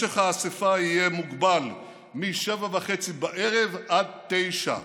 משך האספה יהיה מוגבל מ-19:30 עד 21:00,